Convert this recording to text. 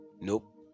nope